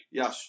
Yes